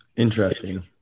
Interesting